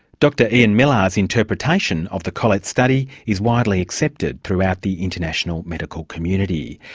dr ian millar's interpretation of the collet study is widely accepted throughout the international medical community.